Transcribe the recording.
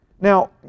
Now